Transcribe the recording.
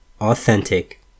authentic